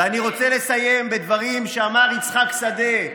ואני רוצה לסיים בדברים שאמר יצחק שדה,